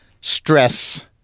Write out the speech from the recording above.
stress